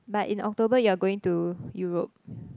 but in October you are going to Europe